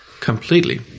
Completely